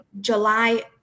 July